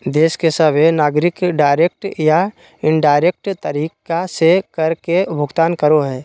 देश के सभहे नागरिक डायरेक्ट या इनडायरेक्ट तरीका से कर के भुगतान करो हय